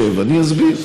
שב, אני אסביר.